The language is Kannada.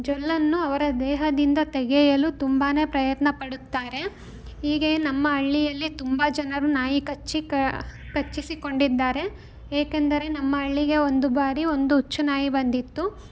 ಜೊಲ್ಲನ್ನು ಅವರ ದೇಹದಿಂದ ತೆಗೆಯಲು ತುಂಬಾ ಪ್ರಯತ್ನಪಡುತ್ತಾರೆ ಹೀಗೆ ನಮ್ಮ ಹಳ್ಳಿಯಲ್ಲಿ ತುಂಬ ಜನರು ನಾಯಿ ಕಚ್ಚಿ ಕಚ್ಚಿಸಿಕೊಂಡಿದ್ದಾರೆ ಏಕೆಂದರೆ ನಮ್ಮ ಹಳ್ಳಿಗೆ ಒಂದು ಬಾರಿ ಒಂದು ಹುಚ್ಚು ನಾಯಿ ಬಂದಿತ್ತು